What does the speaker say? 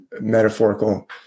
metaphorical